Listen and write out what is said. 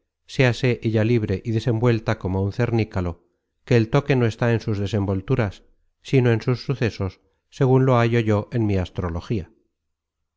caseis séase ella libre y desenvuelta como un cernícalo que el toque no está en sus desenvolturas sino en sus sucesos segun lo hallo yo en mi astrología